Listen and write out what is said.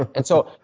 and so,